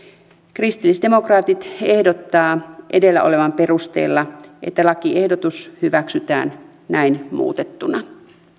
kristillisdemokraatit ehdottaa edellä olevan perusteella että lakiehdotus hyväksytään näin muutettuna